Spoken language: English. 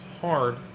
hard